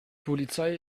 polizei